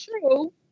true